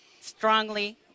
Strongly